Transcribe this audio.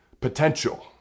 potential